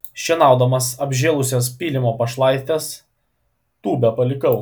šienaudamas apžėlusias pylimo pašlaites tūbę palikau